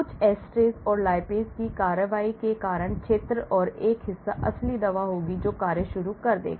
कुछ esterase or lipase की कार्रवाई के कारण क्षेत्र और एक हिस्सा असली दवा होगी जो कार्य शुरू कर देगा